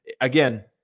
again